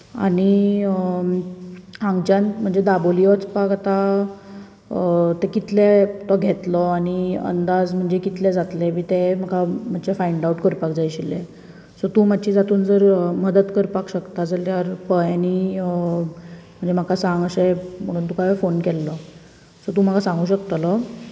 आनी हो हांगच्यान म्हणजे दाबोळी वचपाक आतां ते कितले तो घेतलो आनी अंदाज बी कितले जातले तें म्हाका मातशें फायंड आवट करपाक जाय आशिल्लें सो तूं तातूंत मात मदत करपाक सोदता जाल्यार पळय आनी म्हणजें म्हाका सांग अशें म्हणून तुका हांवें फोन केल्लो सो तूं म्हाका सांगूंक शकतलो